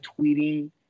tweeting